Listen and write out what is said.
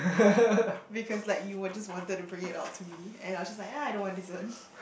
because like you would just wanted to bring it out to me and I was like ah I don't want dessert